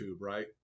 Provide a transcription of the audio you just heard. right